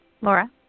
Laura